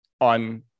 on